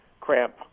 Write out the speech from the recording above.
cramp